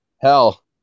Hell